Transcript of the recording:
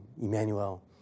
Emmanuel